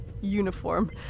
uniform